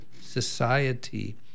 society